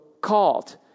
called